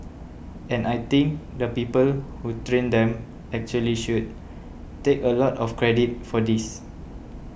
and I think the people who trained them actually should take a lot of credit for this